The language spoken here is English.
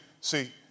see